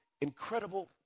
incredible